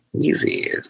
easy